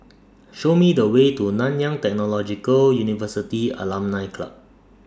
Show Me The Way to Nanyang Technological University Alumni Club